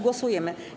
Głosujemy.